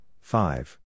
five